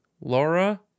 Laura